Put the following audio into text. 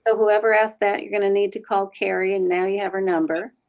ah whoever asked that you're going to need to call carrie and now you have her number.